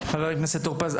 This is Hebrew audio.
חבר הכנסת טור פז,